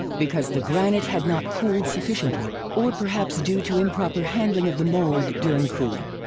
because the granite had not cooled sufficiently or perhaps due to improper handling of the mold during cooling.